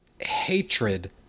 hatred